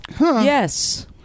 Yes